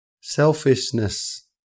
Selfishness